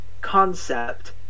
concept